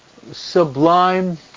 sublime